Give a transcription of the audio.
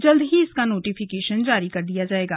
जल्द ही इसका नोटिफिकेशन जारी कर दिया जायेगा